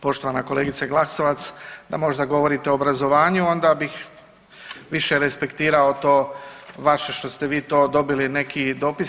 Poštovana kolegice Glasovac, da možda govorite o obrazovanju onda bih više respektirao to vaše što ste vi to dobili neki dopis.